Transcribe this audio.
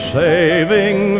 saving